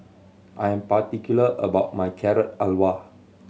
I am particular about my Carrot Halwa